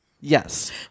Yes